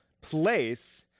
place